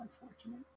unfortunate